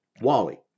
Wally